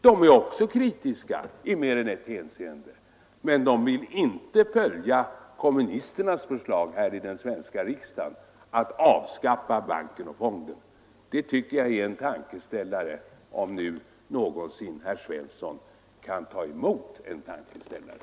De är också kritiska i mera än ett hänseende, men de vill inte följa kommunisternas förslag här i den svenska riksdagen att avskaffa banken och fonden. Det tycker jag är en tankeställare — men herr Svensson är förmodligen oemottaglig för tankeställare.